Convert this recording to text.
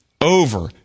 over